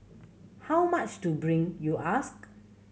how much to bring you ask